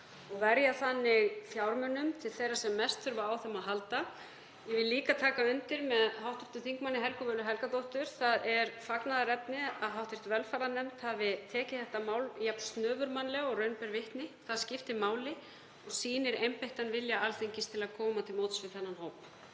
og verja þannig fjármunum til þeirra sem mest þurfa á þeim að halda. Ég vil líka taka undir með hv. þm. Helgu Völu Helgadóttur, það er fagnaðarefni að hv. velferðarnefnd hafi tekið þetta mál jafn snöfurmannlega og raun ber vitni. Það skiptir máli og sýnir einbeittan vilja Alþingis til að koma til móts við þennan hóp.